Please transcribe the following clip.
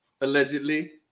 allegedly